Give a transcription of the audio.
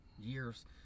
years